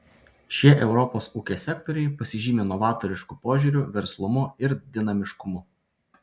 šie europos ūkio sektoriai pasižymi novatorišku požiūriu verslumu ir dinamiškumu